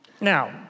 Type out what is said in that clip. Now